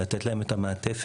לתת להם את המעטפת